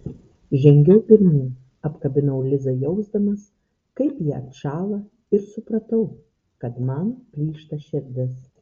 žengiau pirmyn apkabinau lizą jausdamas kaip ji atšąla ir supratau kad man plyšta širdis